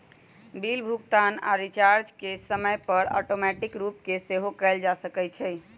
bill भुगतान आऽ recharge के समय पर ऑटोमेटिक रूप से सेहो कएल जा सकै छइ